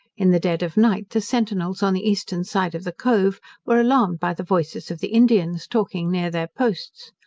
in the dead of night the centinels on the eastern side of the cove were alarmed by the voices of the indians, talking near their posts.